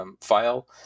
file